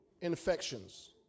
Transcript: infections